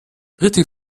richtig